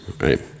right